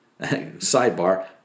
Sidebar